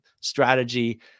strategy